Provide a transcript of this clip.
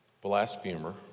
Blasphemer